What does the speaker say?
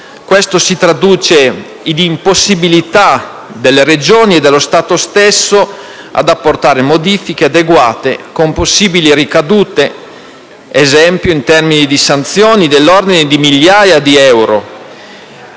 Questo si traduce nell'impossibilità per le Regioni e lo Stato stesso di apportare modifiche adeguate, con possibili ricadute in termini di sanzioni dell'ordine di migliaia di euro